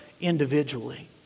individually